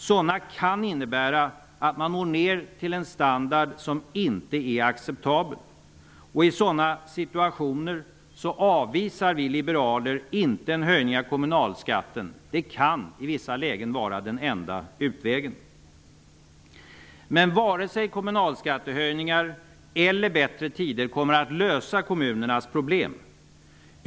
Sådana kan innebära att man når ned till en standard som inte är acceptabel. I sådana situationer avvisar vi liberaler inte en höjning av kommunalskatten. Det kan i vissa lägen vara den enda utvägen. Men varken kommunalskattehöjningar eller bättre tider kommer att lösa kommunernas problem.